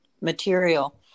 material